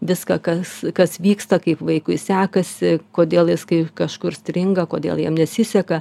viską kas kas vyksta kaip vaikui sekasi kodėl jis kai kažkur stringa kodėl jam nesiseka